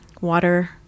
water